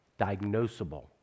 diagnosable